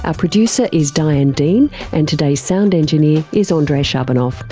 ah producer is diane dean and today's sound engineer is ah andrei shabunov.